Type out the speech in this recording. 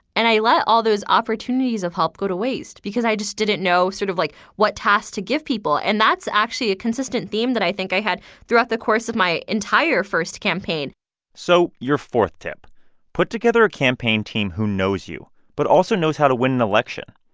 and i let all those opportunities of help go to waste because i just didn't know sort of like what tasks to give people. and that's actually a consistent theme that i think i had throughout the course of my entire first campaign so your fourth tip put together a campaign team who knows you but also knows how to win an election,